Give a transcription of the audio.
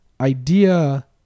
idea